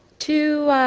to